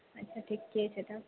अच्छा ठीके छै तब